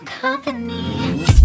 company